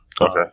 Okay